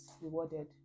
rewarded